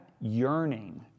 yearning